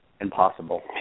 impossible